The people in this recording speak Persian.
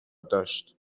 داشت